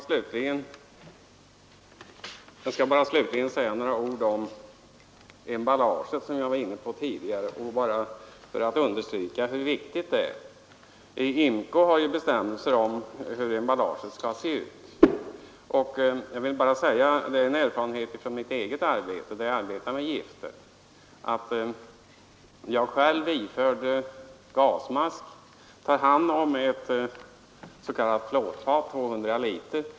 Herr talman! Jag skall bara säga ytterligare några ord om emballaget — jag var inne på den frågan tidigare — för att understryka hur viktigt det är. IMCO har ju bestämmelser om hur em ballaget skall se ut. Jag vill nämna en erfarenhet som jag gjort i mitt eget arbete när jag handskats med gifter. För några år sedan tog jag hand om ett s.k. plåtfat på 100 liter.